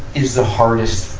is the hardest,